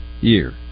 year